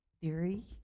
theory